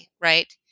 right